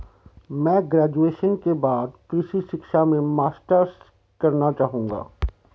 मैं ग्रेजुएशन के बाद कृषि शिक्षा में मास्टर्स करना चाहूंगा